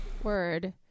word